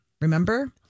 Remember